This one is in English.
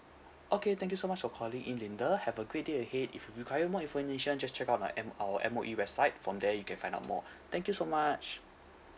okay thank you so much for calling in linda have a great day ahead if you require more information just check out our M~ our M_O_E website from there you can find out more thank you so much